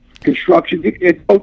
Construction